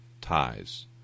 ties